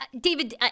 david